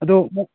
ꯑꯗꯣ